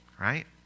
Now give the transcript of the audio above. right